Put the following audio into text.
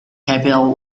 capital